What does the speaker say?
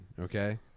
okay